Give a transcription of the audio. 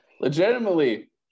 legitimately